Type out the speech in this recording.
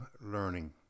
learning